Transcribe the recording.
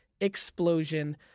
explosion